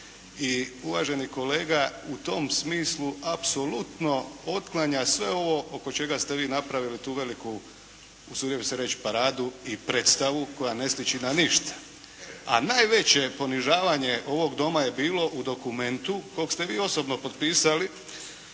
i uvaženi kolega u tom smislu apsolutno otklanja sve ovo oko čega ste vi napravili tu veliku, usudio bih se reći paradu i predstavu koja ne sliči na ništa. A najveće ponižavanje ovog Doma je bilo u dokumentu kog ste vi osobno potpisali,